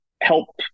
help